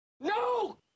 No